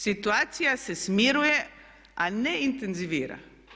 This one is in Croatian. Situacija se smiruje a ne intenzivira.